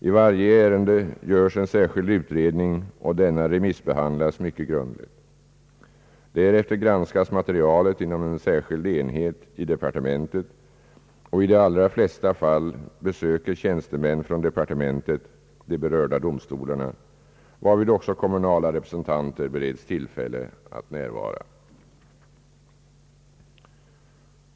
I varje ärende görs en särskild utredning, och denna remissbehandlas mycket grundligt. Därefter granskas materialet inom en särskild enhet i departementet, och i de allra flesta fall besöker tjänstemän från departementet de berörda domstolarna, varvid också kommunala representanter bereds tillfälle att närvara.